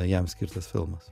jam skirtas filmas